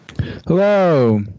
Hello